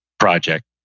project